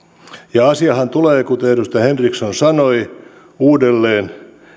ja asiahan tulee kuten edustaja henriksson sanoi uudelleen